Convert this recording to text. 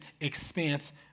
expanse